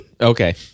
Okay